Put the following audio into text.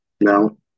no